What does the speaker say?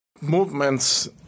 Movements